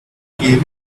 gave